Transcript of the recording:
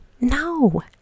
no